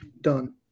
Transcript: done